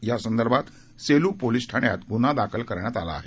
या संदर्भात सेलू पोलीस ठाण्यात गुन्हा दाखल करण्यात आला आहे